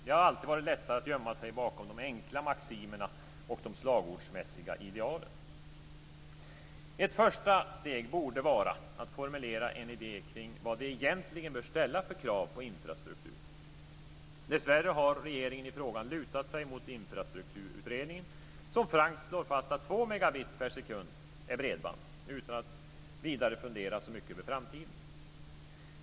Det har alltid varit lättare att gömma sig bakom de enkla maximerna och de slagordsmässiga idealen. Ett första steg borde vara att formulera en idé kring vad vi egentligen bör ställa för krav på infrastruktur. Dessvärre har regeringen i frågan lutat sig mot Infrastrukturutredningen, som frankt slår fast att 2 megabit per sekund är bredband - utan att vidare fundera över framtiden.